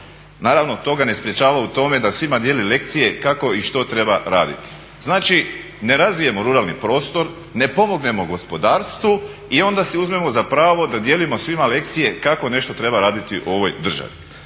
Naravno, to ga ne sprječava u tome da svima dijeli lekcije kako i što treba raditi. Znači, ne razvijemo ruralni prostor, ne pomognemo gospodarstvu i onda si uzmemo za pravo da dijelimo svima lekcije kako nešto treba raditi u ovoj državi.